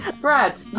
Brad